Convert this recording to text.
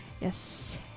Yes